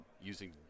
using